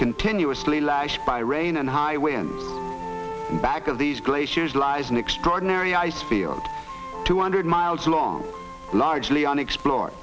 continuously lashed by rain and high wind back of these glaciers lies an extraordinary ice field two hundred miles long largely unexplored